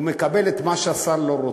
הוא מקבל את מה שהשר לא רוצה,